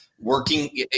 Working